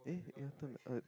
eh eh I thought my uh